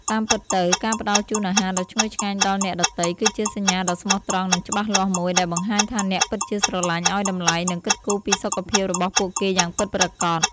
តាមពិតទៅ ការផ្តល់ជូនអាហារដ៏ឈ្ងុយឆ្ងាញ់ដល់អ្នកដទៃគឺជាសញ្ញាដ៏ស្មោះត្រង់និងច្បាស់លាស់មួយដែលបង្ហាញថាអ្នកពិតជាស្រឡាញ់ ឲ្យតម្លៃ និងគិតគូរពីសុខភាពរបស់ពួកគេយ៉ាងពិតប្រាកដ។